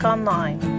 Online